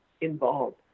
involved